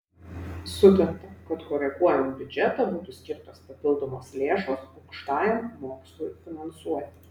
sutarta kad koreguojant biudžetą būtų skirtos papildomos lėšos aukštajam mokslui finansuoti